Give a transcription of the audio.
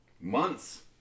Months